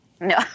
No